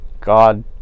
god